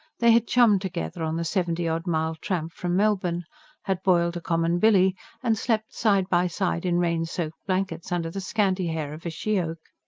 they had chummed together on the seventy-odd-mile tramp from melbourne had boiled a common billy and slept side by side in rain-soaked blankets, under the scanty hair of a she-oak.